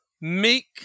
meek